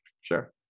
sure